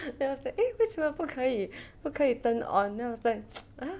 then I was like eh 为什么不可以不可以 turn on then I was like !huh!